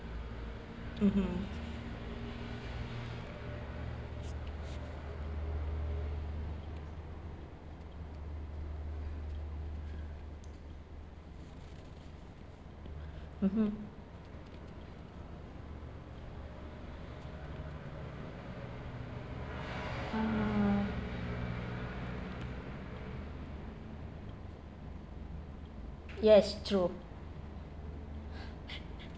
mmhmm mmhmm ah yes true